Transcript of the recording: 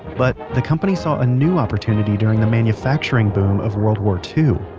but the company saw a new opportunity during the manufacturing boom of world war two.